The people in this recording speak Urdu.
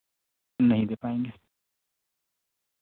نہیں دے پائیں گے